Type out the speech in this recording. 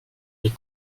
les